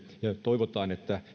ja se että